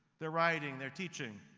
their writing, their teaching.